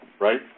Right